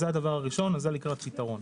זה הדבר הראשון ולקראת פתרון.